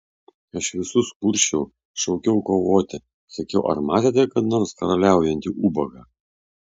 aš visus kursčiau šaukiau kovoti sakiau ar matėte kada nors karaliaujantį ubagą